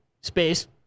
space